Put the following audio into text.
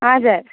हजुर